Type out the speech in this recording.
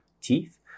teeth